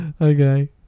Okay